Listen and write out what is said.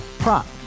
Prop